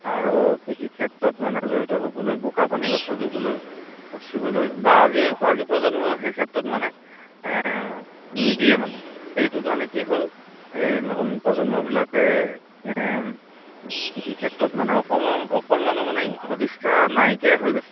আৰু কৃষি ক্ষেত্ৰত মানে জড়িত হ'বলৈ বোকা পানী গচকিবলৈ খচিবলৈ বা আজি আজি প্ৰজন্মই সেই ক্ষেত্ৰত মানে নিদিয়ে মানে সেইটো কাৰণে কি হ'ল এই নতুন প্ৰজন্মবিলাকে কৃষি ক্ষেত্ৰত মানে অকমৰ অকণমানো মানে সদ ইচ্ছা নাইকিয়া হৈ গৈছে